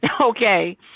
okay